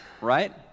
right